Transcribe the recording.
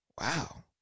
wow